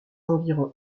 environ